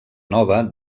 nova